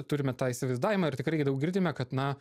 turime tą įsivaizdavimą ir tikrai daug girdime kad na